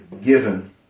given